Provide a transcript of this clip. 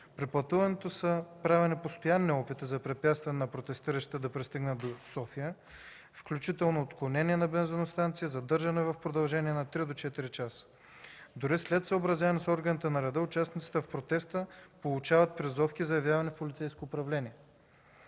При пътуването са правени постоянни опити за препятстване на протестиращите да пристигнат до София, включително отклонение на бензиностанция и задържане в продължение на 3 до 4 часа. Дори след съобразяване с органите на реда участници в протеста получават призовки за явяване в полицейско управление.